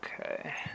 okay